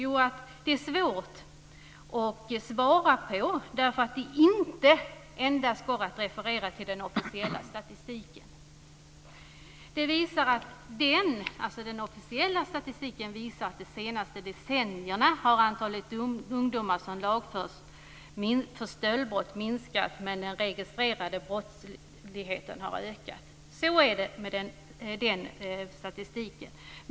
Jo, det är svårt att svara därför att det inte endast går att referera till den officiella statistiken. Den officiella statistiken visar att de senaste decennierna har antalet ungdomar som lagförs för stöldbrott minskat, men den registrerade brottsligheten har ökat. Så är det med den statistiken.